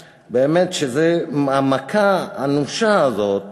שהמכה האנושה הזאת